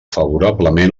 favorablement